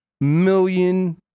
million